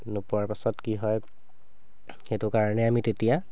নোপোৱাৰ পাছত কি হয় সেইটো কাৰণে আমি তেতিয়া